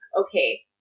okay